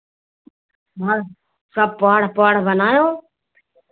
मारि सब पढ़ पढ़ बनएओ